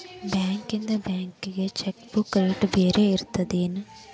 ಬಾಂಕ್ಯಿಂದ ಬ್ಯಾಂಕಿಗಿ cheque book rate ಬ್ಯಾರೆ ಇರ್ತದೇನ್